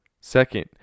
Second